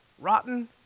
Rotten